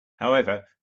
however